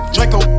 Draco